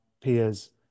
peers